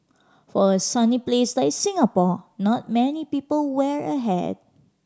for a sunny place like Singapore not many people wear a hat